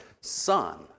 son